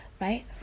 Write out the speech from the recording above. right